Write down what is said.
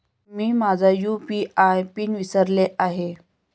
मी माझा UPI pin विसरले आहे